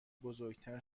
بزرگتر